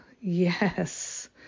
Yes